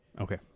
Okay